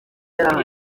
yari